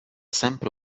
sempre